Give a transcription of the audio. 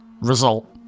result